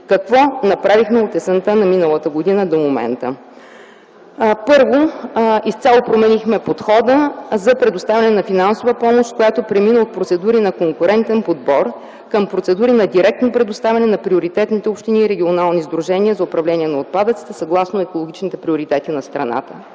Какво направихме от есента на миналата година до момента? Първо, изцяло променихме подхода за предоставяне на финансова помощ, която премина от процедури на конкурентен подбор към процедури на директно предоставяне на приоритетните общини и регионални сдружения за управление на отпадъците съгласно екологичните приоритети на страната.